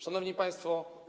Szanowni Państwo!